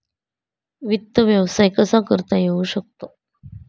वित्त व्यवसाय कसा करता येऊ शकतो?